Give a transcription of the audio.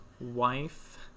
wife